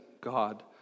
God